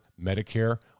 Medicare